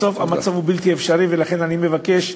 בסוף המצב הוא בלתי אפשרי, ולכן אני מבקש,